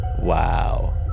Wow